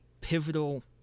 pivotal